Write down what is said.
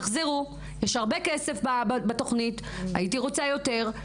תחזרו, יש הרבה כסף בתוכנית, הייתי רוצה יותר.